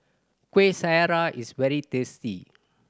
Kueh Syara is very tasty